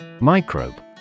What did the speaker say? Microbe